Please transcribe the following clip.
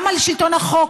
גם על שלטון החוק,